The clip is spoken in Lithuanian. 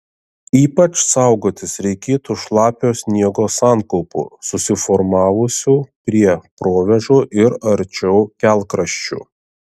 ypač saugotis reikėtų šlapio sniego sankaupų susiformavusių prie provėžų ir arčiau kelkraščių